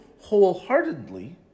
wholeheartedly